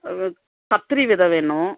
பத்திரி விதை வேணும்